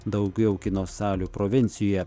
daugiau kino salių provincijoje